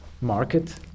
market